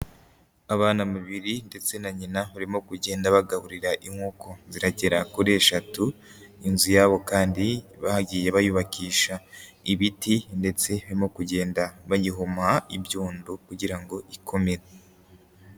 Abana babiri ndetse na nyina barimo kugenda bagaburira inkoko ziragera kuri eshatu, inzu yabo kandi bagiye bayubakisha ibiti ndetse barimo kugenda bayihoma ibyondo kugira ngo ikomere.